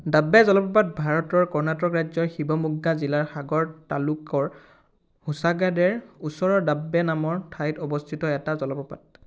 ডাব্বে জলপ্ৰপাত ভাৰতৰ কৰ্ণাটক ৰাজ্যৰ শিৱমোগ্গা জিলাৰ সাগৰ তালুকৰ হোছাগাডেৰ ওচৰৰ ডাব্বে নামৰ ঠাইত অৱস্থিত এটা জলপ্ৰপাত